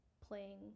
playing